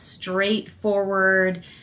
straightforward